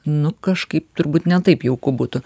nu kažkaip turbūt ne taip jauku būtų